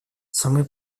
самые